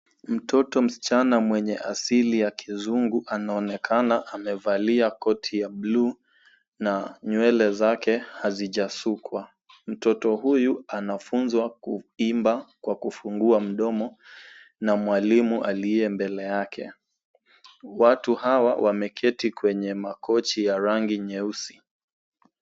Mtoto msichana mwenye asili ya kizungu anaonekana amevalia koti ya bluu na nywele zake hazijasukwa. Mtoto huyu anafunzwa kuimba kwa kufungua mdomo na mwalimu aliye mbele yake. Watu hawa wameketi kwenye makochi ya rangi nyeusi.